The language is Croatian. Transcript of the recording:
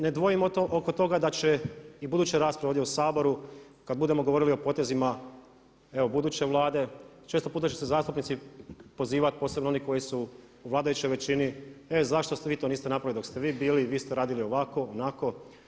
Ne dvojimo oko toga da će i buduće rasprave ovdje u Saboru kad budemo govorili o potezima buduće Vlade često puta će se zastupnici pozivati, posebno oni koji su u vladajućoj većini e zašto vi to niste napravili dok ste vi bili i vi ste radili ovako, onako.